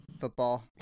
football